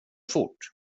fort